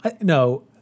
no